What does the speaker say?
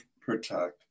protect